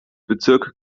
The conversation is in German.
bezirk